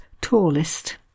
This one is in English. tallest